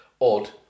odd